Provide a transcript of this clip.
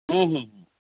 ᱦᱮᱸ ᱦᱮᱸ